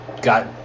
got